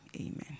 Amen